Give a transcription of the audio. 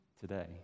today